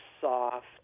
soft